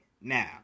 now